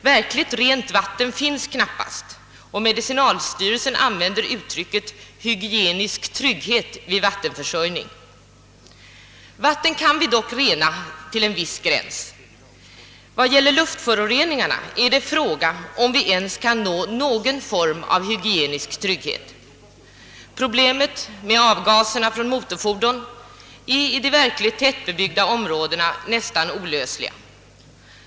Verkligt rent vatten finns knappast, och medicinalstyrelsen använder uttrycket »hygienisk trygghet vid vattenförsörjning». Vatten kan vi rena till en viss gräns. Vad gäller luftföroreningarna är det fråga om huruvida vi ens kan nå någon form av hygienisk trygghet. Problemet med avgaserna från motorfordon är i de verkligt tättbebyggda områdena nästan olösligt.